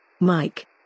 Mike